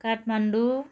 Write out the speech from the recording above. Kathmandu